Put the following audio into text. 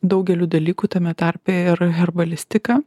daugeliu dalykų tame tarpe ir herbalistika